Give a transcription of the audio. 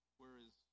whereas